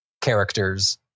characters